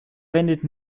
wendet